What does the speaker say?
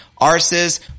arses